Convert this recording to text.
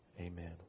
Amen